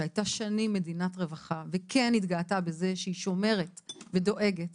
שהייתה שנים מדינת רווחה וכן התגאתה בזה שהיא שומרת ודואגת